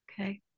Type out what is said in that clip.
Okay